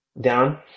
Down